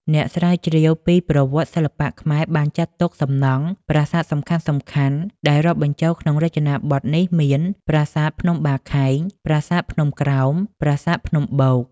អ្នកស្រាវជ្រាវពីប្រវត្តិសិល្បៈខ្មែរបានចាត់ទុក សំណង់ ប្រាសាទសំខាន់ៗ ដែលរាប់បញ្ចូលក្នុងរចនាបថនេះមាន ប្រាសាទភ្នំបាខែង ប្រាសាទភ្នំក្រោម ប្រាសាទភ្នំបូក ។